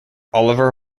oliver